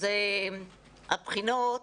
הבחינות